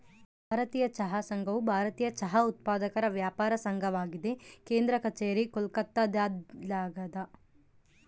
ಭಾರತೀಯ ಚಹಾ ಸಂಘವು ಭಾರತೀಯ ಚಹಾ ಉತ್ಪಾದಕರ ವ್ಯಾಪಾರ ಸಂಘವಾಗಿದೆ ಕೇಂದ್ರ ಕಛೇರಿ ಕೋಲ್ಕತ್ತಾದಲ್ಯಾದ